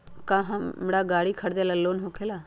का हमरा गारी खरीदेला लोन होकेला?